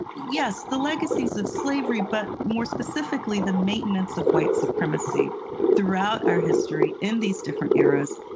yes, the legacies of slavery, but more specifically the maintenance of white supremacy throughout our history in these different eras,